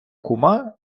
кума